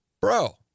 bro